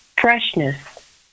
freshness